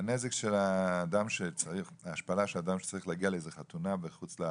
והנזק של ההשפלה של אדם שצריך להגיע לאיזושהי חתונה בחוץ לארץ,